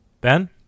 Ben